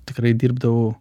tikrai dirbdavau